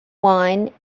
wine